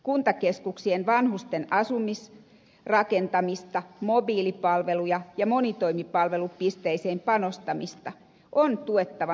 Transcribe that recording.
kuntakeskuksien vanhusten asumisrakentamista mobiilipalveluja ja monitoimipalvelupisteisiin panostamista on tuettava myöskin valtion varoin